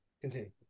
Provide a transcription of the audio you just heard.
continue